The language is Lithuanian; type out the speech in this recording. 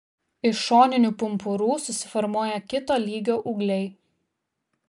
iš šoninių pumpurų susiformuoja kito lygio ūgliai